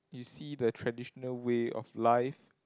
see the traditional way of life